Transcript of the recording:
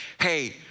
hey